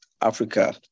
Africa